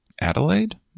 adelaide